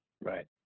Right